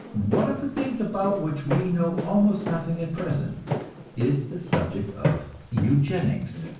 one of the things about which we know almost nothing at present is the subject of eugenics.